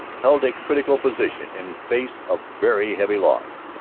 held a critical position in face of very heavy loss.